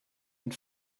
and